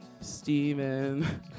Stephen